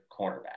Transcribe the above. cornerback